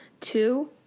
two